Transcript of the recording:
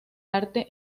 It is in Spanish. arte